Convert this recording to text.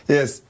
Yes